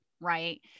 Right